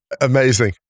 Amazing